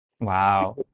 Wow